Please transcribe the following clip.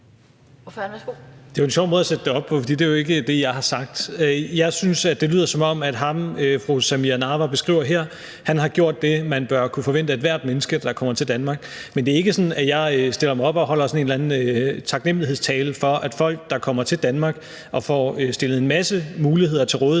Det er en sjov måde at sætte det op på, for det er jo ikke det, jeg har sagt. Jeg synes, at det lyder, som om ham, fru Samira Nawa beskriver her, har gjort det, man bør kunne forvente af ethvert menneske, der kommer til Danmark. Men det er ikke sådan, at jeg stiller mig op og holder en eller anden taknemlighedstale og siger, at folk, der kommer til Danmark og får stillet muligheder til rådighed,